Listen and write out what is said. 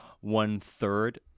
one-third